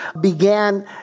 began